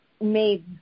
made